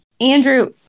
Andrew